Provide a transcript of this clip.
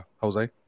Jose